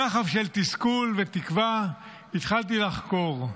בדחף של תסכול ותקווה התחלתי לחקור,